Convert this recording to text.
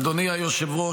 אדוני היושב-ראש,